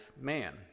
man